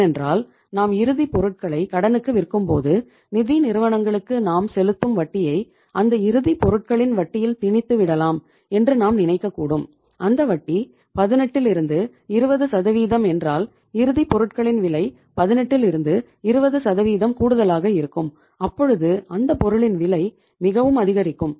ஏனென்றால் நாம் இறுதிப் பொருட்களை கடனுக்கு விற்கும்போது நிதி நிறுவனங்களுக்கு நாம் செலுத்தும் வட்டியை அந்த இறுதி பொருட்களின் வட்டியில் திணித்து விடலாம் என்று நாம் நினைக்கக் கூடும் அந்த வட்டி 18 20 சதவீதம் என்றால் இறுதி பொருட்களின் விலை 18 லிருந்து 20 சதவீதம் கூடுதலாக இருக்கும் அப்பொழுது அந்த பொருளின் விலை மிகவும் அதிகரிக்கும்